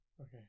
Okay